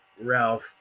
Ralph